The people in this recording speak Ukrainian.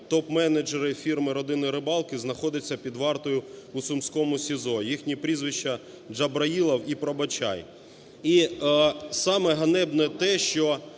топ-менеджери фірми Рибалки знаходяться під вартою у Сумському СИЗО, їх прізвища Джабраїлов і Пробачай. І саме ганебне те, що